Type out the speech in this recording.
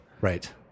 Right